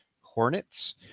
Hornets